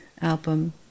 album